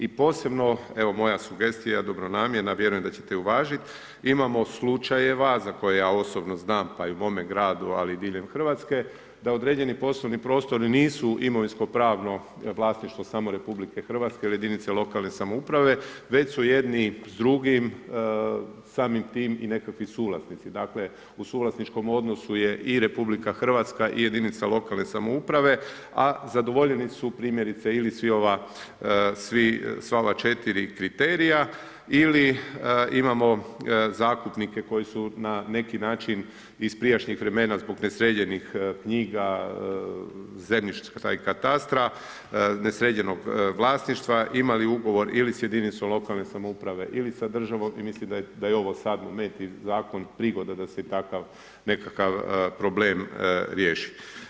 I posebno, evo moja sugestija dobronamjerna, vjerujem da ćete ju uvažit, imamo slučajeva, za koje ja osobno znam pa i u mome gradu, ali diljem Hrvatske, da određeni poslovni prostori nisu imovinsko pravno vlasništvo samo RH ili jedinice lokalne samouprave, već su jedni s drugim samim tim i nekakvi suvlasnici, dakle u suvlasničkom odnosu je i RH i jedinica lokalne samouprave, a zadovoljeni su primjerice ili sva ova 4 kriterija ili imamo zakupnike koji su na neki način iz prijašnjih vremena zbog nesređenih knjiga, zemljišta i katastra, nesređenog vlasništva, imali ugovor ili s jedinicom lokalne samouprave ili sa državom i mislim da je ovo sad moment i zakon prigoda da se takav nekakav problem riješi.